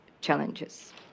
challenges